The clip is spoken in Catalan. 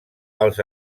els